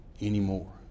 anymore